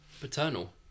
paternal